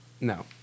No